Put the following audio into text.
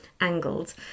angled